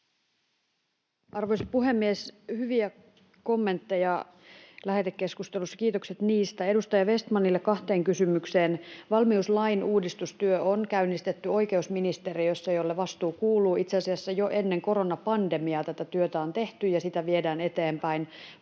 Arvoisa puhemies! Hyviä kommentteja lähetekeskustelussa, kiitokset niistä. Edustaja Vestmanille kahteen kysymykseen: Valmiuslain uudistustyö on käynnistetty oikeusministeriössä, jolle vastuu kuuluu. Itse asiassa jo ennen koronapandemiaa tätä työtä on tehty, ja sitä viedään eteenpäin